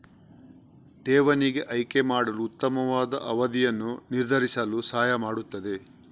ಠೇವಣಿಗೆ ಆಯ್ಕೆ ಮಾಡಲು ಉತ್ತಮವಾದ ಅವಧಿಯನ್ನು ನಿರ್ಧರಿಸಲು ಸಹಾಯ ಮಾಡುತ್ತದೆ